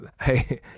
Hey